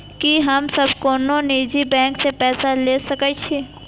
की हम सब कोनो निजी बैंक से पैसा ले सके छी?